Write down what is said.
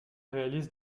réalise